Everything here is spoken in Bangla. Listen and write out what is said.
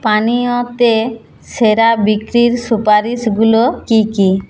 পানীয়তে সেরা বিক্রির সুপারিশগুলো কী কী